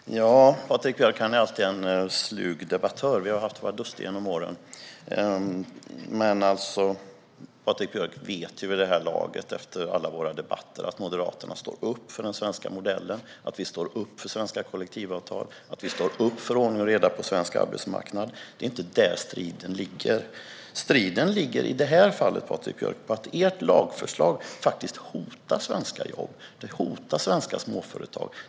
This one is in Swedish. Herr talman! Patrik Björck är alltid en slug debattör. Vi har haft våra duster genom åren. Patrik Björck vet vid det här laget, efter alla våra debatter, att Moderaterna står upp för den svenska modellen, för svenska kollektivavtal och för ordning och reda på svensk arbetsmarknad. Det är inte där striden ligger. I det här fallet, Patrik Björck, ligger striden i att ert lagförslag hotar svenska jobb och svenska småföretag.